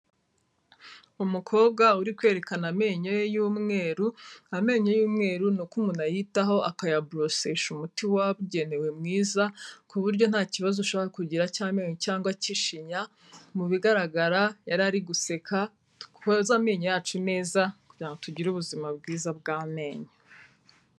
Umukobwa uri kwerekana amenyo ye y'umweru, amenyo y'umweru nuko umuntu ayitaho akayaborosesha umuti wabugenewe mwiza ku buryo nta kibazo ushobora kugira cy'amenyo cyangwa k'ishinya, mu bigaragara yari ari guseka, twoze amenyo yacu neza, kugira ngo tugire ubuzima bwiza bw'amenyo.